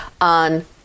on